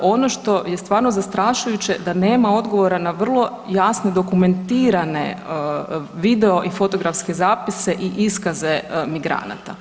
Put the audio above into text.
Ono što je stvarno zastrašujuće da nema odgovora na vrlo jasne dokumentirane video i fotografske zapise i iskaze migranata.